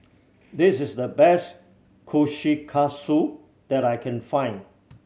this is the best Kushikatsu that I can find